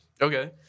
Okay